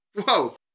Whoa